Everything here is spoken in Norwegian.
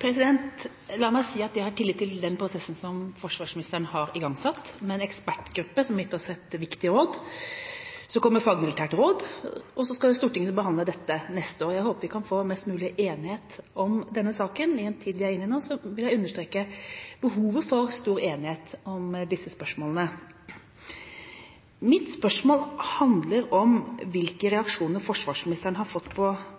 til oppfølgingsspørsmål. La meg si at jeg har tillit til den prosessen som forsvarsministeren har igangsatt, med en ekspertgruppe som har gitt oss et viktig råd. Så kommer fagmilitært råd, og så skal jo Stortinget behandle dette neste år. Jeg håper vi kan få mest mulig enighet om denne saken. I den tida vi er inne i nå, vil jeg understreke behovet for stor enighet om disse spørsmålene. Mitt spørsmål handler om hvilke reaksjoner forsvarsministeren har fått på